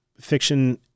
fiction